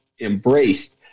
embraced